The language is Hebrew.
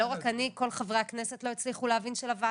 השאלה למה לא לומר: מי שעבר הכשרה ויש לו תעודה מטעם משרד הבריאות.